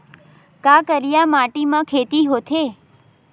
का करिया माटी म खेती होथे?